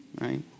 right